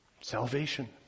salvation